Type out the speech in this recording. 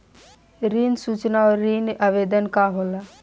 ऋण सूचना और ऋण आवेदन का होला?